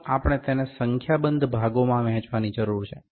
પ્રથમ આપણે તેને સંખ્યાબંધ ભાગોમાં વહેંચવાની જરૂર છે